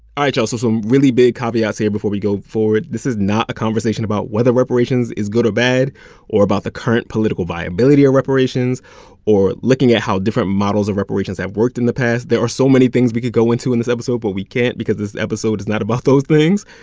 all right, y'all. so some really big caveats here before we go forward. this is not a conversation about whether reparations is good or bad or about the current political viability of reparations or looking at how different models of reparations have worked in the past. there are so many things we could go into in this episode, but we can't because this episode is not about those things.